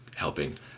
helping